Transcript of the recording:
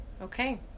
Okay